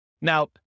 now